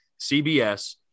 CBS